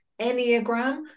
enneagram